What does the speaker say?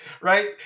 right